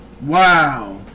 Wow